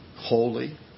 holy